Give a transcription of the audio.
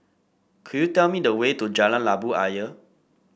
could you tell me the way to Jalan Labu Ayer